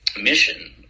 mission